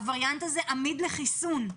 הווריאנט הזה עמיד לחיסון.